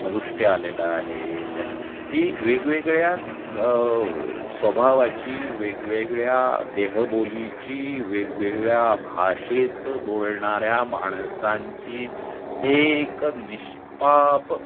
मलुष्टे आलेला आहे त्यात ती वेगवेगळ्या क स्वभावाची वेगवेगळ्या देहबोलीची वेगवेगळ्या भाषेत बोलणाऱ्या माणसांची एक निष्पाप